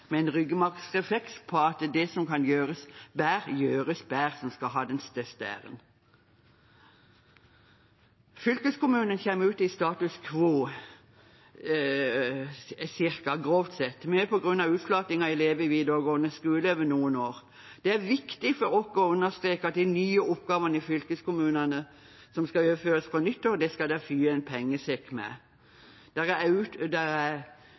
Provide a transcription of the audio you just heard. med en ryggmargsrefleks på at det som kan gjøres bedre, gjøres bedre, som skal ha den største æren. Fylkeskommunen kommer grovt sett ut i status quo, mye på grunn av utflating i antall elever i videregående skole over noen år. Det er viktig for oss å understreke at det skal følge en pengesekk med de nye oppgavene til fylkeskommunene som skal overføres fra nyttår. Det er uttrykt uro over dette, og skal